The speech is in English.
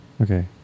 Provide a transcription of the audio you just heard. Okay